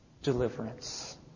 Deliverance